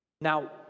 Now